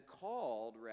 called